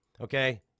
okay